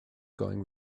going